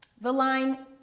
the line,